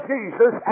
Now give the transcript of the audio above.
Jesus